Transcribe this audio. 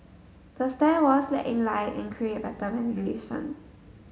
the stair walls let in light and create better ventilation